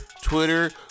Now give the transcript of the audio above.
Twitter